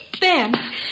Ben